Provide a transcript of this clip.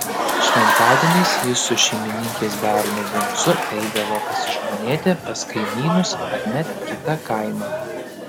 šventadieniais jis su šeimininkės bernu vincu eidavo pasižmonėti pas kaimynus ar net į kitą kaimą